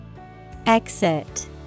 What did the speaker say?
Exit